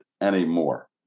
anymore